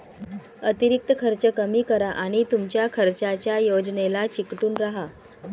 अतिरिक्त खर्च कमी करा आणि तुमच्या खर्चाच्या योजनेला चिकटून राहा